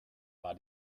war